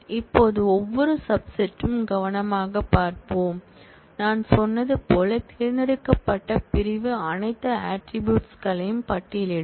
இப்போது ஒவ்வொரு சப் செட்ம்கவனமாகப் பார்ப்போம் நான் சொன்னது போல் தேர்ந்தெடுக்கப்பட்ட பிரிவு அனைத்து ஆட்ரிபூட்ஸ் களையும் பட்டியலிடும்